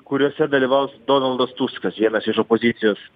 kuriuose dalyvaus donaldas tuskas vienas iš opozicijos